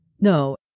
No